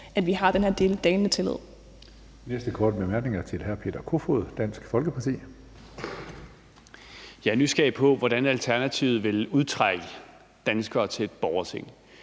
at vi har den her dalende tillid.